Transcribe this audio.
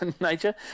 nature